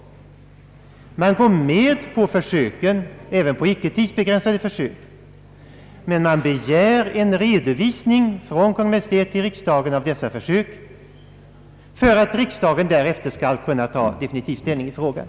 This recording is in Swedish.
Utskottet går med på försöken, även icke tidsbegränsade försök, men begär en redovisning från Kungl. Maj:t till riksdagen av försöken för att riksdagen därefter skall kunna ta definitiv ställning till frågan.